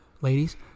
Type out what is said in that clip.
ladies